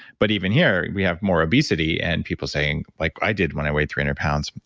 but even here, we have more obesity and people saying like i did when i weighed three hundred pounds,